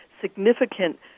significant